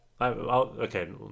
Okay